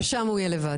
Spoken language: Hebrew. גם שם הוא יהיה לבד.